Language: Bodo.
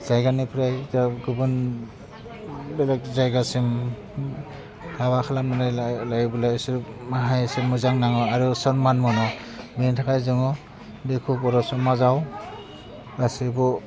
जायगानिफ्राय जे गुबुन बेलेग जायगासिम हाबा खालामनो लायोबोला बिसोर इसेहाय इसे मोजां मोनो आरो सनमान मोनो बेनि थाखाय जोङो बेखौ बर' समाजाव गासिबो